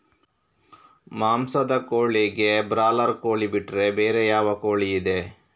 ಮಾಂಸದ ಕೋಳಿಗೆ ಬ್ರಾಲರ್ ಕೋಳಿ ಬಿಟ್ರೆ ಬೇರೆ ಯಾವ ಕೋಳಿಯಿದೆ?